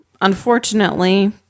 unfortunately